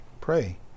pray